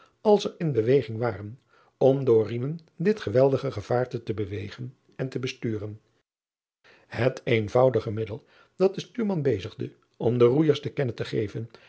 als er in beweging waren om door riemen dit geweldig gevaarte te bewegen en te besturen et eenvoudige middel dat de stuurman bezigde om de roeijers te kennen te geven